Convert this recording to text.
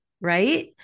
Right